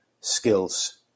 skills